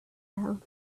down